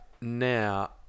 Now